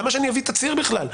למה שאני אביא תצהיר בכלל?